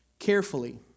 Carefully